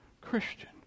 Christian